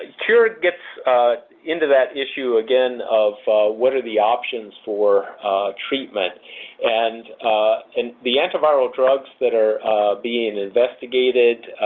cure gets into that issue again of what are the options for treatment and and the antiviral drugs that are being investigated,